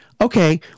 okay